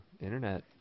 internet